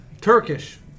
Turkish